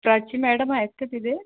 Prachi madam आहेत का तिथे